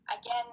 again